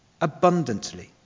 abundantly